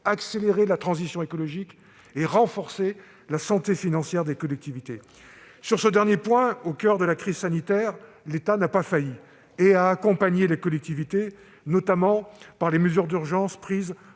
accélérer la transition écologique ; et renforcer la santé financière des collectivités. Sur ce dernier point, au coeur de la crise sanitaire, l'État n'a pas failli et a accompagné les collectivités, notamment par les mesures d'urgence prises